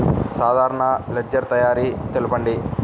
సాధారణ లెడ్జెర్ తయారి తెలుపండి?